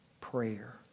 prayer